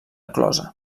closa